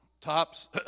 Tops